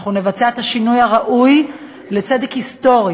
אנחנו נבצע את השינוי הראוי לצדק היסטורי,